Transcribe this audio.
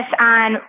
on